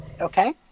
Okay